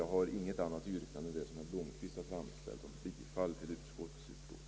Jag har inget annat yrkande än det som herr Blomquist framställt om bifall till utskottets förslag.